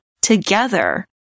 together